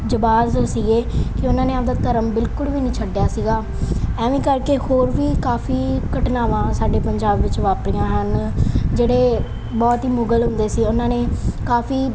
ਜਾਂਬਾਜ ਸੀਗੇ ਕਿ ਉਹਨਾਂ ਨੇ ਆਪਣਾ ਧਰਮ ਬਿਲਕੁਲ ਵੀ ਨਹੀਂ ਛੱਡਿਆ ਸੀਗਾ ਐਵੇਂ ਕਰਕੇ ਹੋਰ ਵੀ ਕਾਫੀ ਘਟਨਾਵਾਂ ਸਾਡੇ ਪੰਜਾਬ ਵਿੱਚ ਵਾਪਰੀਆਂ ਹਨ ਜਿਹੜੇ ਬਹੁਤ ਹੀ ਮੁਗ਼ਲ ਹੁੰਦੇ ਸੀ ਉਹਨਾਂ ਨੇ ਕਾਫੀ